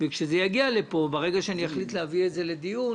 כשזה יגיע לפה, ברגע שאני אחליט להביא את זה לדיון